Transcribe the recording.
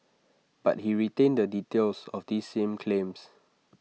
but he retained the details of these same claims